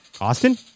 Austin